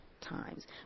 times